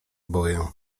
boję